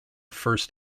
first